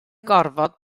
gorfod